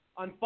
on